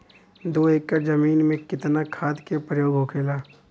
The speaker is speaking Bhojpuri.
दो एकड़ जमीन में कितना खाद के प्रयोग होखेला?